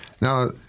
Now